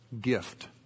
gift